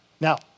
Now